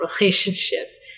relationships